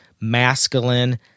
masculine